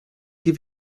give